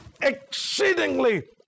exceedingly